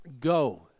Go